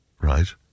Right